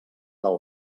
del